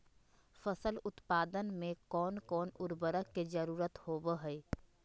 फसल उत्पादन में कोन कोन उर्वरक के जरुरत होवय हैय?